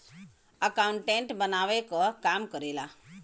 accountant बनावे क काम करेला